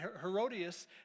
Herodias